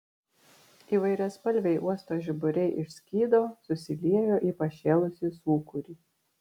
įvairiaspalviai uosto žiburiai išskydo susiliejo į pašėlusį sūkurį